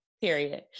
Period